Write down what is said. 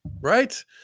right